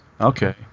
Okay